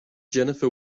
jennifer